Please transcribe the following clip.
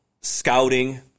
scouting